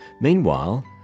Meanwhile